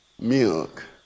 milk